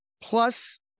plus